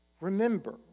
Remember